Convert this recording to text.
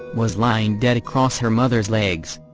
was lying dead across her mother's legs.